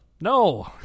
no